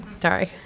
Sorry